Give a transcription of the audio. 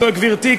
גברתי,